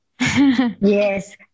yes